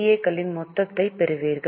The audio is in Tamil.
ஏ களின் மொத்தத்தைப் பெறுவீர்கள்